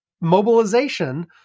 mobilization